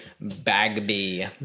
Bagby